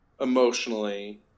emotionally –